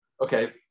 okay